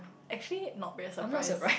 actually not very surprised